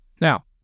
Now